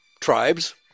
tribes